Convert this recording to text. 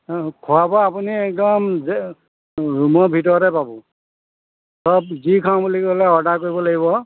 খোৱা বোৱা আপুনি একদম যে ৰুমৰ ভিতৰতে পাব চব যি খাওঁ বুলি ক'লে অৰ্ডাৰ কৰিব লাগিব